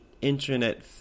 internet